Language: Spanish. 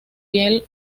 piel